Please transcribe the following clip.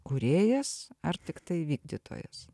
kūrėjas ar tiktai vykdytojas